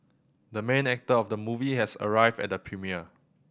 the main actor of the movie has arrived at the premiere